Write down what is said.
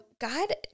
God